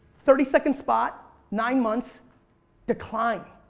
thirty second spot nine months decline,